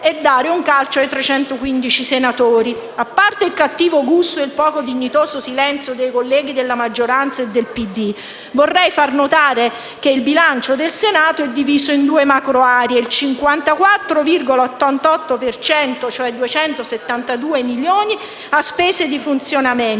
è dare un calcio ai 315 senatori. A parte il cattivo gusto e il poco dignitoso silenzio dei colleghi della maggioranza, vorrei far notare che il bilancio del Senato è diviso in due macro aree: il 54,88 per cento, cioè 272 milioni, serve per le spese di funzionamento